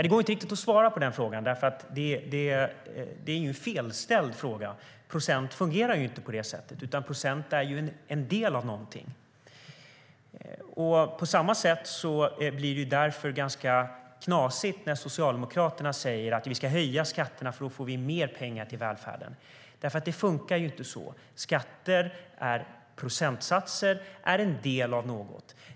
Det går inte att svara på den frågan, för den är felställd. Procent fungerar inte på det sättet, utan procent är en del av någonting. På samma sätt blir det ganska knasigt när Socialdemokraterna säger att vi ska höja skatterna, för då får vi in mer pengar till välfärden. Det fungerar inte så. Skatter är procentsatser, en del av något.